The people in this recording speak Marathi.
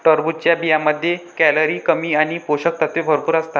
टरबूजच्या बियांमध्ये कॅलरी कमी आणि पोषक तत्वे भरपूर असतात